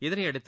இதனையடுத்து